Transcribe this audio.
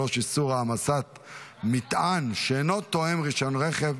3) (איסור העמסת מטען שאינו תואם רישיון הרכב),